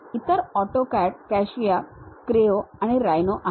इतर AutoCAD CATIA Creo आणि Rhino आहेत